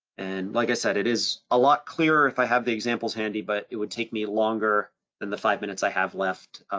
and like i said, it is a lot clearer if i have the examples handy, but it would take me longer than the five minutes i have left